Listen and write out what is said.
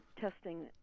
testing